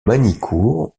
magnicourt